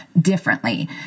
differently